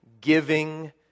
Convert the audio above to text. giving